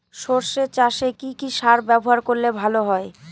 সর্ষে চাসে কি কি সার ব্যবহার করলে ভালো হয়?